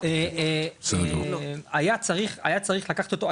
היה צריך לקחת אותו,